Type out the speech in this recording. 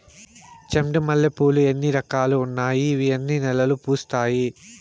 చెండు మల్లె పూలు లో ఎన్ని రకాలు ఉన్నాయి ఇవి ఎన్ని నెలలు పూస్తాయి